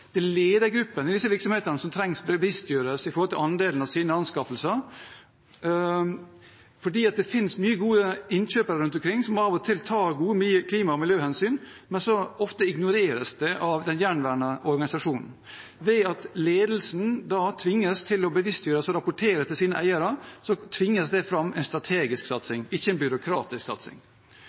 det er ledergruppene i disse virksomhetene som trengs å bevisstgjøres når det gjelder andelen av sine anskaffelser. Det finnes mange gode innkjøpere rundt omkring som av og til tar gode miljø- og klimahensyn, men ofte ignoreres det av den gjenværende organisasjonen. Ved at ledelsen da tvinges til å bevisstgjøres og rapportere til sine eiere, tvinges det fram en strategisk satsing, ikke en byråkratisk satsing.